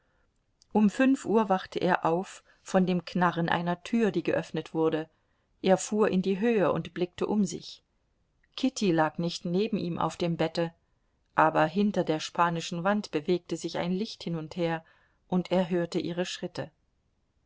um fünf uhr wachte er auf von dem knarren einer tür die geöffnet wurde er fuhr in die höhe und blickte um sich kitty lag nicht neben ihm auf dem bette aber hinter der spanischen wand bewegte sich ein licht hin und her und er hörte ihre schritte